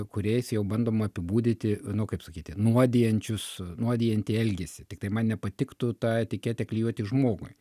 kuriais jau bandoma apibūdinti nu kaip sakyti nuodijančius nuodijantį elgesį tiktai man nepatiktų tą etiketę klijuoti žmogui